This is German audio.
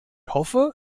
hoffe